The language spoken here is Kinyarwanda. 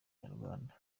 kinyarwanda